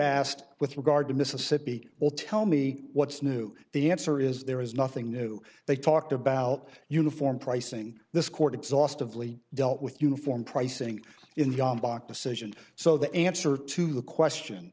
asked with regard to mississippi will tell me what's new the answer is there is nothing new they talked about uniform pricing this court exhaustively dealt with uniform pricing in the decision so the answer to the question